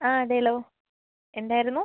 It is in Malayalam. ആ അതെയല്ലോ എന്തായിരുന്നു